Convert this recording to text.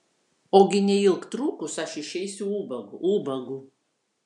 ogi neilgtrukus aš išeisiu ubagu ubagu